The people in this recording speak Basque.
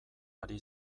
ari